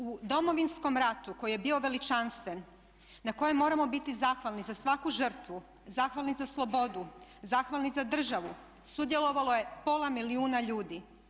U Domovinskom ratu koji je bio veličanstven na kojem moramo biti zahvalni za svaku žrtvu, zahvalni za slobodu, zahvalni za državu, sudjelovalo je pola milijuna ljudi.